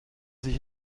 sich